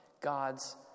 God's